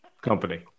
company